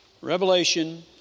Revelation